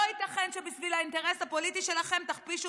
לא ייתכן שבשביל האינטרס הפוליטי שלכם תכפישו